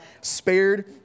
spared